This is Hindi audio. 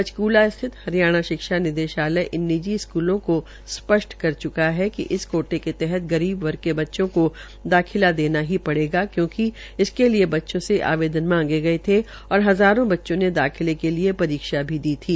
पंचकुला स्थिल हरियाणा शिक्षा निर्देशालय इन निजी स्कूलो को स्पष्ट कर च्का है कि कि इस कोटे के तहत गरीब वर्ग के बच्चों को दाखिला देना ही पड़ेगा क्यूंकि इसके लिये बच्चों से आवेदन मांगे गये थे और हज़ारों बच्चों ने दाखिले के लिये परीक्षा भी दी थी